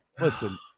listen